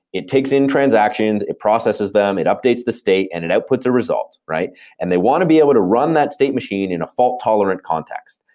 it takes in transaction, it processes them, it updates the state and it outputs a result. and they want to be able to run that state machine in a fault-tolerant context,